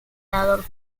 adolf